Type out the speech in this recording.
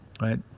right